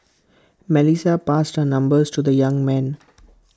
Melissa passed her numbers to the young man